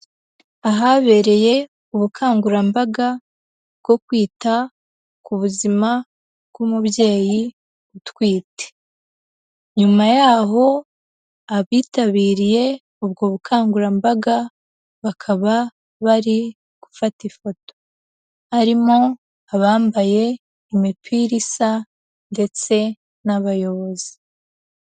Ahabereye ubukangurambaga bwo kwita ku buzima bw'umubyeyi utwite, nyuma yaho, abitabiriye ubwo bukangurambaga bakaba bari gufata ifoto, harimo abambaye imipira isa, ndetse n'abayobozi